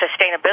sustainability